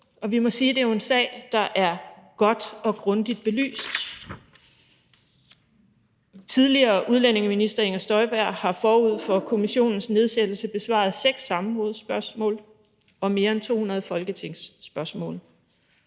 Og vi må sige, at det jo er en sag, der er godt og grundigt belyst. Tidligere udlændingeminister Inger Støjberg har forud for kommissionens nedsættelse besvaret seks samrådsspørgsmål og mere end 200 folketingsspørgsmål;